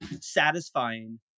satisfying